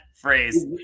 phrase